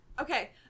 Okay